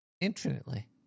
Infinitely